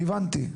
הבנתי.